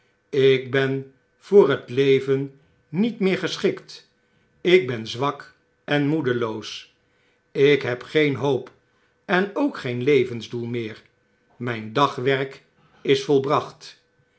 ik ben voor het leyen niet meer geschikt ik ben zwak en moedeloos ik heb geen hoop en ook geen levensdoel meer mjjn dagwerk is volbracht